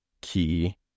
key